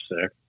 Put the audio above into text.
sick